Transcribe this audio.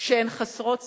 שהן חסרות סיכוי,